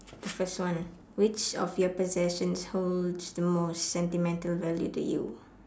the first one which of your possessions holds the most sentimental value to you